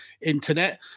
internet